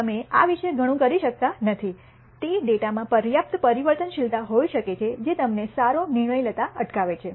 આ તમે આ વિશે ઘણું કરી શકતા નથી તે ડેટામાં પર્યાપ્ત પરિવર્તનશીલતા હોઈ શકે છે જે તમને સારો નિર્ણય લેતા અટકાવે છે